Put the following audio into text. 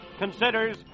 considers